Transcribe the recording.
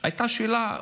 עלתה השאלה,